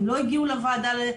הן לא הגיעו לוועדה המחוזית.